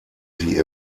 sie